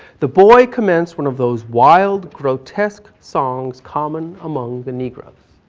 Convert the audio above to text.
the boy commenced one of those wild, grotesque songs common among the negroes.